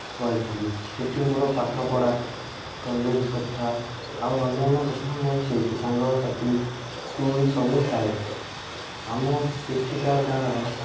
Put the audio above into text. ରହିଥିଲି ସେଇଠି ମୋର ପାଠପଢ଼ା କଲେଜ୍ କଥା ଆଉ ଅନ୍ୟାନ୍ୟ କଥା ମୁଁ ସେଇଠି ସାଙ୍ଗସାଥି ସ୍କୁଲ୍ ସବୁ ସେଆଡ଼େ ଆମ ସେଠିକା ଗାଁର